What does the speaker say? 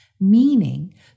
meaning